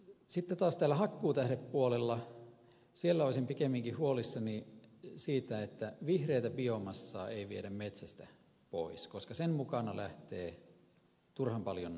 sitten taas tällä hakkuutähdepuolella olisin pikemminkin huolissani siitä että vihreää biomassaa ei viedä metsästä pois koska sen mukana lähtee turhan paljon ravinteita